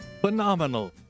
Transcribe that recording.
Phenomenal